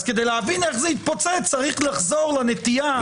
אז כדי להבין איך זה התפוצץ צריך לחזור לנטייה.